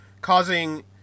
causing